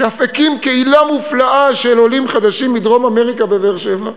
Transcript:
שאף הקים קהילה מופלאה של עולים חדשים מדרום-אמריקה בבאר-שבע,